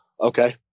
Okay